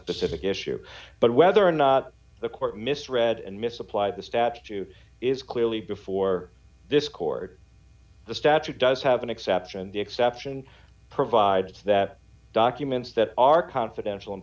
specific issue but whether or not the court misread and misapplied the statue is clearly before this court the statute does have an exception the exception provides that documents that are confidential and